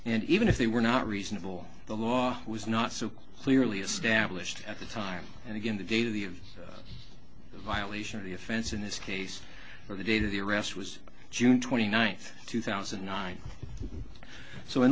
and even if they were not reasonable the law was not so clearly established at the time and again the date of the of violation of the offense in this case or the day to the arrest was june twenty ninth two thousand and nine so